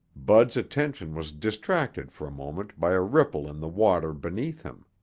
bud's attention was distracted for a moment by a ripple in the water beneath him.